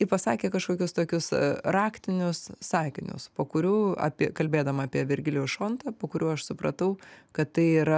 ji pasakė kažkokius tokius raktinius sakinius po kurių apie kalbėdama apie virgilijų šontą po kurių aš supratau kad tai yra